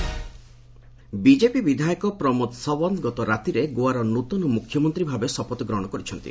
Goa new CM BJP ବିଧାୟକ ପ୍ରମୋଦ ସାଓ୍ପନ୍ତ ଗତରାତିରେ ଗୋଆର ନୃତନ ମୁଖ୍ୟମନ୍ତ୍ରୀ ଭାବେ ଶପଥ ଗ୍ରହଣ କରିଛନ୍ତି